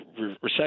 recession